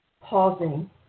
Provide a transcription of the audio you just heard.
pausing